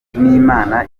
n’imana